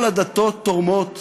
כל הדתות תומכות